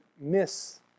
miss